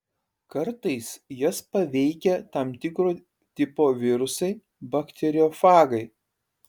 kartais jas paveikia tam tikro tipo virusai bakteriofagai